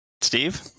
steve